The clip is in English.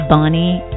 Bonnie